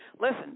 Listen